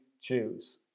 Choose